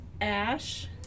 Ash